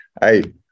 Hey